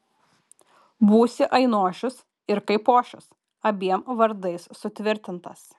būsi ainošius ir kaipošius abiem vardais sutvirtintas